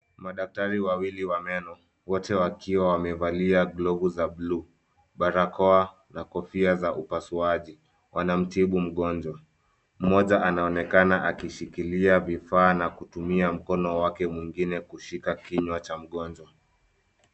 Madaktari wawili wa meno wote wakiwa wamevalia glavu za bluu, barakoa na kofia za upasuaji. Wanamtibu mgonjwa. Mmoja anaonekana akishikilia vifaa na kutumia mkono wake mwingine kushika kinywa cha mgonjwa.